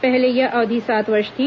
पहले यह अवधि सात वर्ष थी